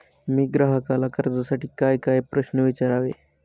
मी ग्राहकाला कर्जासाठी कायकाय प्रश्न विचारावे?